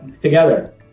Together